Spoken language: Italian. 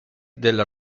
del